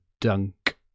dunk